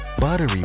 buttery